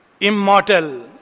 Immortal